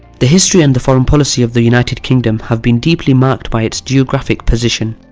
the history and the foreign policy of the united kingdom have been deeply marked by its geographic position.